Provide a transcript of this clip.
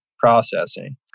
Processing